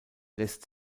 lässt